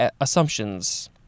assumptions